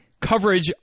coverage